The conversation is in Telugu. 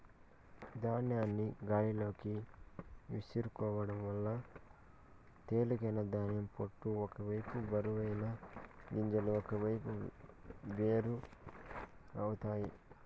ధాన్యాన్ని గాలిలోకి విసురుకోవడం వల్ల తేలికైన ధాన్యం పొట్టు ఒక వైపు బరువైన గింజలు ఒకవైపు వేరు అవుతాయి